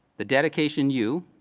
the dedication you,